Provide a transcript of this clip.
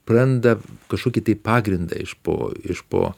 praranda kažkokį tai pagrindą iš po iš po